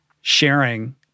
sharing